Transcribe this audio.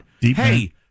Hey